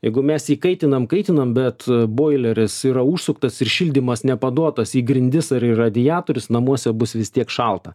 jeigu mes jį kaitinam kaitinam bet boileris yra užsuktas ir šildymas nepaduotas į grindis ar į radiatorius namuose bus vis tiek šalta